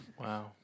Wow